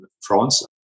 France